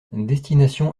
destination